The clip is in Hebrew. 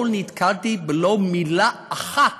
לא נתקלתי ולו במילה אחת